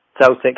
Celtic